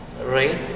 Right